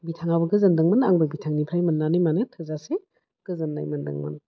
बिथाङाबो गोजोनदोंमोन आंबो बिथांनिफ्राय मोननानै माने थोजासे गोजोन्नाय मोन्दोंमोन